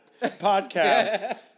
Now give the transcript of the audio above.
podcast